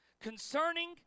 concerning